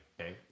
okay